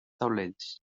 taulells